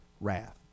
wrath